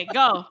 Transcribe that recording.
go